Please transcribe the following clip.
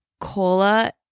Cola